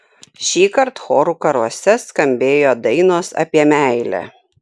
šįkart chorų karuose skambėjo dainos apie meilę